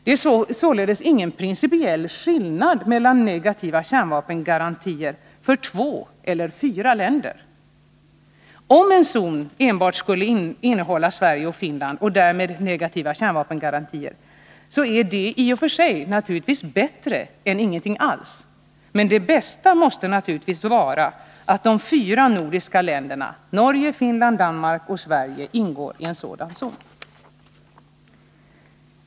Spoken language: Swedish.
Det är således ingen principiell skillnad mellan negativa kärnvapengarantier för två eller fyra länder. Om en zon enbart omfattar Sverige och Finland och därmed negativa kärnvapengarantier, så är det i och för sig bättre än ingenting alls, men det bästa måste naturligtvis vara att de fyra nordiska länderna Norge, Finland, Danmark och Sverige ingår i en sådan zon.